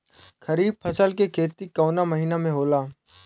खरीफ फसल के खेती कवना महीना में होला?